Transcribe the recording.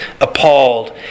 appalled